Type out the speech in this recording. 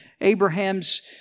Abraham's